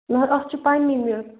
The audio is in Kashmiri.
نہَ حظ اَتھ چھِ پَنٕنی میٚژ